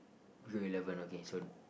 blue eleven okay so